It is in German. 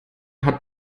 hat